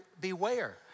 beware